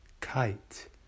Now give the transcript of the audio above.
kite